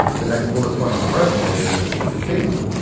the next bullet point on the resume is, fema.